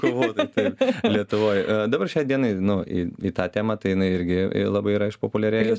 kovotojai taip lietuvoj dabar šiai dienai nu į į tą temą tai jinai irgi labai yra išpopuliarėjus